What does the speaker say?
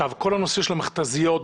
כל הנושא של המכת"זיות,